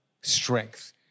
strength